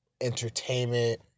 entertainment